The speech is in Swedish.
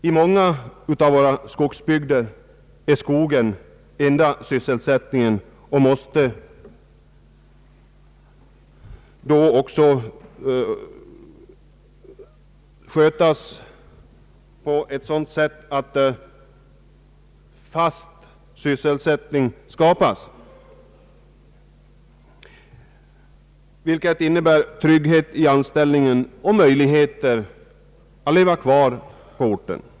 I många av våra skogsbygder är arbete i skogen den enda sysselsättningen, och den måste då också skötas på ett sådant sätt att man skapar fast sysselsättning, vilket innebär trygghet i anställningen och möjlighet att leva kvar på orten.